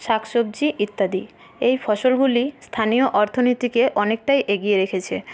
শাকসবজি ইত্যাদি এই ফসলগুলি স্থানীয় অর্থনীতিকে অনেকটাই এগিয়ে রেখেছে